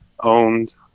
owned